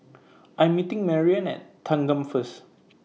I'm meeting Mariann At Thanggam First